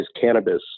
cannabis